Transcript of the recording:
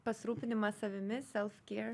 pasirūpinimas savimi self care